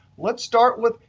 let's start with,